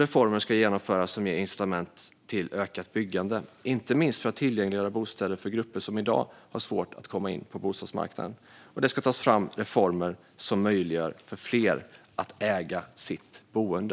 Reformer ska genomföras som ger incitament till ökat byggande, inte minst för att tillgängliggöra bostäder för grupper som i dag har svårt att komma in på bostadsmarknaden. Det ska tas fram reformer som möjliggör för fler att äga sitt boende.